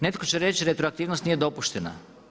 Netko će reći retroaktivnost nije dopuštena.